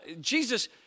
Jesus